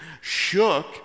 shook